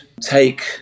take